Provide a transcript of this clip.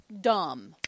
dumb